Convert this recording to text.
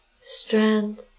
strand